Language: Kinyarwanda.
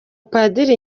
padiri